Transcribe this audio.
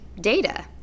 data